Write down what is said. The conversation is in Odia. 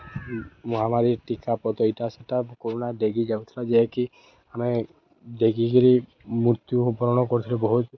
ମହାମାରୀ ଟୀକାପଦ ଇଟା ସେଟା କୋରୁନା ଡେଗି ଯାଉଥିଲା ଯାହାକି ଆମେ ଡେଗିକିରି ମୃତ୍ୟୁ ବରଣ କରୁଥିଲେ ବହୁତ୍